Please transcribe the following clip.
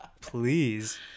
Please